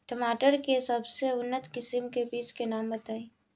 टमाटर के सबसे उन्नत किस्म के बिज के नाम बताई?